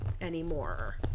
anymore